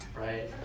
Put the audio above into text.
right